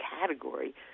category